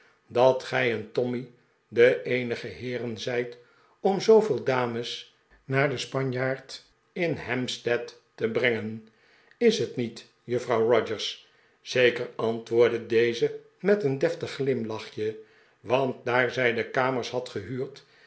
dat gij en tommy de eenige heeren zijt om zooveel dames naar de spanjaard in hamnstead te brengen is het niet juffrouw rogers zeker antwoordde deze met een deftig glimlachje want daar zij de kamers had gertuurd